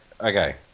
okay